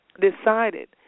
decided